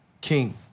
king